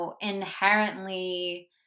inherently